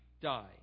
die